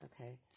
Okay